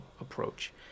approach